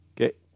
Okay